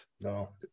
No